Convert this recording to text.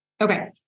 Okay